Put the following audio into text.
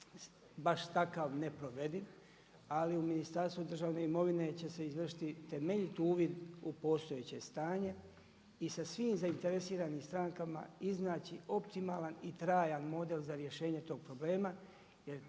baš takav neprovediv. Ali u Ministarstvu državne imovine će se izvršiti temeljit uvid u postojeće stanje i sa svim zainteresiranim strankama iznaći optimalan i trajan model za rješenje tog problema